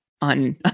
on